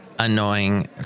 Annoying